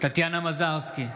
טטיאנה מזרסקי,